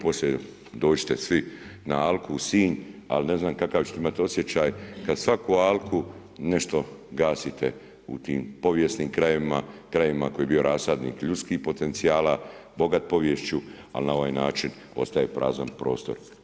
Poslije dođite svi na alku u Sinj, ali ne znam kakav ćete imati osjećaj, kada svaku alku nešto gasite u tim povijesnim krajevima, krajevima koji je bio rasadnik ljudskih potencijala, bogat poviješću, ali na ovaj način, ostaje prazan prostor.